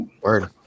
Word